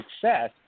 success